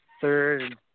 third